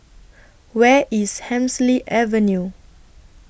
Where IS Hemsley Avenue